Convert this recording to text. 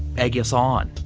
egg us on,